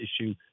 issue